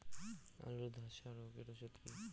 আলুর ধসা রোগের ওষুধ কি?